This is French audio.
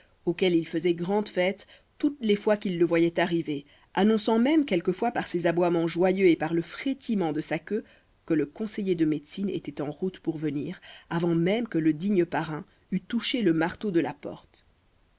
auquel il faisait grande fête toutes les fois qu'il le voyait arriver annonçant même quelquefois par ses aboiements joyeux et par le frétillement de sa queue que le conseiller de médecine était en route pour venir avant même que le digne parrain eût touché le marteau de la porte